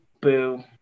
boo